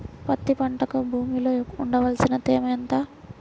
పత్తి పంటకు భూమిలో ఉండవలసిన తేమ ఎంత?